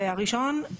והראשון,